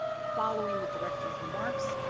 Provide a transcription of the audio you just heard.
following the director's remarks,